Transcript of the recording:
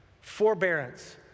Forbearance